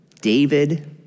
David